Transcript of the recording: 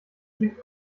gibt